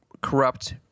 corrupt